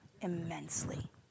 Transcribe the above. immensely